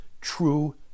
true